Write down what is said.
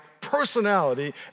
Personality